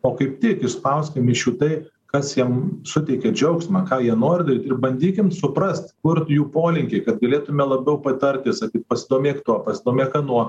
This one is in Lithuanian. o kaip tik išspauskim iš jų tai kas jiem suteikia džiaugsmą ką jie nori daryt ir bandykim suprast kur jų polinkiai kad galėtume labiau patarti sakyt pasidomėk tuo pasidomėk anuo